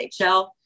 NHL